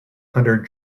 hundred